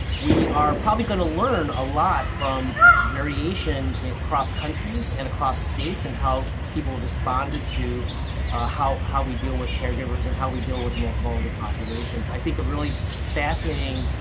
we are probably going to learn a lot from variation across countries and across states and how people responded to how how we deal with caregivers and how we deal with the most vulnerable populations. i think a really fascinating,